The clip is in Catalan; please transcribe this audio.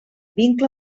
vincle